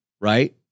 Right